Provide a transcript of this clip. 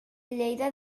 lleida